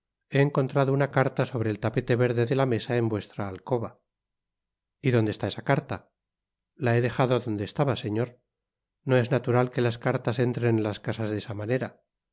he encontrado una carta sobre el tapete verde de la mesa en vuestra alcoba y donde está esa carta la he dejado donde estaba señor no es datural que las cartas entren en las casas de esa manera